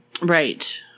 Right